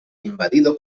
invadido